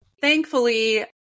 thankfully